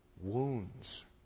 wounds